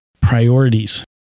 priorities